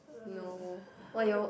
no why you all work